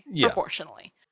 Proportionally